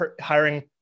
hiring